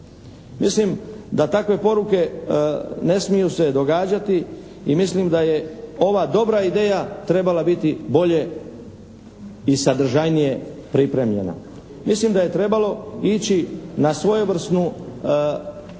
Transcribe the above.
Mislim da takve poruke ne smiju se događati i mislim da je ova dobra ideja trebala biti bolje i sadržajnije pripremljena. Mislim da je trebalo ići na svojevrsno anketiranje